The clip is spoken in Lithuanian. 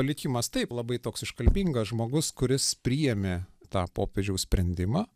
likimas taip labai toks iškalbingas žmogus kuris priėmė tą popiežiaus sprendimą